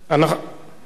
זו הצעה לסדר-היום.